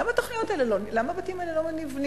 למה הבתים האלה לא נבנים?